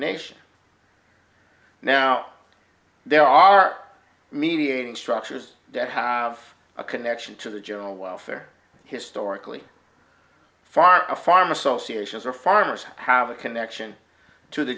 nation now there are mediating structures that have a connection to the general welfare historically far farm associations or farmers have a connection to the